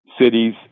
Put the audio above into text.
Cities